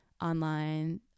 online